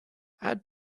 add